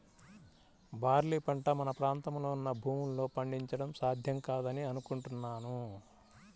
barley పంట మన ప్రాంతంలో ఉన్న భూముల్లో పండించడం సాధ్యం కాదని అనుకుంటున్నాను